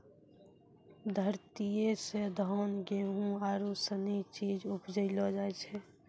धरतीये से धान, गेहूं आरु सनी चीज उपजैलो जाय छै